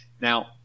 Now